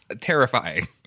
terrifying